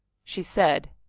she said,